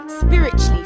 spiritually